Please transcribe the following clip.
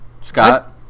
Scott